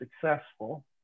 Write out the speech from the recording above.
successful